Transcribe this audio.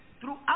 throughout